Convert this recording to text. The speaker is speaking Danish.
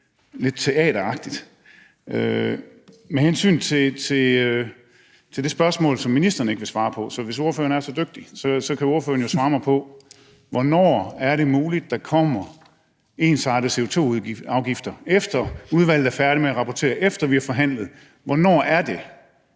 lidt teateragtigt. Med hensyn til det spørgsmål, som ministeren ikke vil svare på, kan ordføreren jo, hvis ordføreren er så dygtig, svare mig på: Hvornår er det muligt, at der kommer ensartede CO2-afgifter? Er det, efter udvalget er færdigt med at rapportere, efter vi har forhandlet? Hvornår er det,